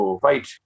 Fight